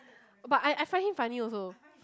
but I I find him funny also